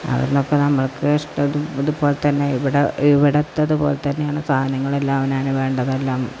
അവിടുന്നൊക്കെ നമ്മൾക്ക് ഇതുപോലെതന്നെ ഇവിടത്തതുപോലെ തന്നെയാണ് സാധനങ്ങളെല്ലാം അവനവനു വേണ്ടതെല്ലാം